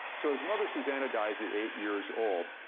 so his mother, susannah, dies at eight years old,